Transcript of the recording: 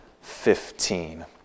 fifteen